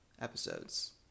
episodes